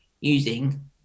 using